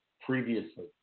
previously